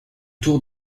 tour